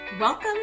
Welcome